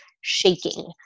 shaking